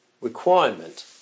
requirement